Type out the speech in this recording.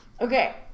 Okay